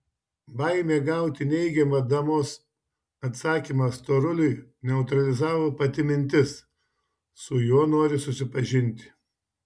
baimė gauti neigiamą damos atsakymą storuliui neutralizavo pati mintis su juo nori susipažinti